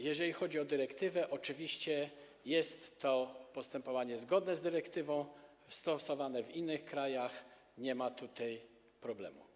Jeżeli chodzi o dyrektywę, to oczywiście jest to postępowanie zgodne z dyrektywą, stosowane w innych krajach, nie ma tutaj problemu.